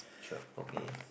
sure okay